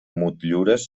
motllures